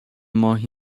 ماهی